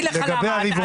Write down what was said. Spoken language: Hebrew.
אני אגיד לך למה,